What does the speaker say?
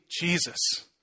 Jesus